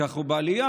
כי אנחנו בעלייה,